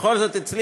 בכל זאת הצליחו,